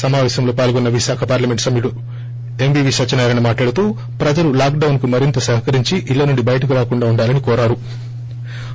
సమావేశంలో పాల్గొన్న విశాఖ పార్లమెంటు సభ్యుడు ఎం వి వి సత్యనారాయణ మాట్లాడుతూ ప్రజలు లాక్ డౌన్ కు మరింత సహకరించి ఇళ్ల నుండి బయటకు రాకుండా ఉండాలని కోరారు